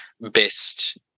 best